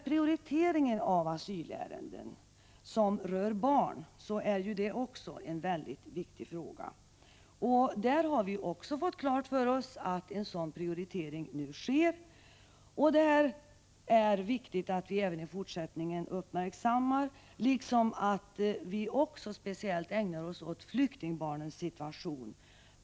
Prioriteringen av asylärenden som rör barn är ju också en mycket viktig fråga. Vi har också fått klart för oss att en sådan prioritering nu sker. Det är viktigt att fortsättningsvis uppmärksamma detta, liksom att vi speciellt ägnar oss åt flyktingbarnens situation.